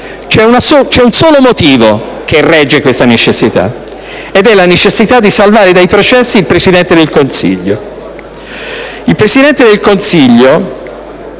C'è un solo motivo che regge questo bisogno: è la necessità di salvare dai processi il Presidente del Consiglio.